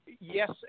yes